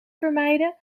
vermijden